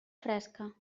fresca